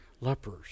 Lepers